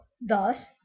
thus